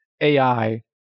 AI